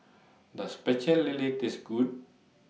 Does Pecel Lele Taste Good